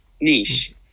niche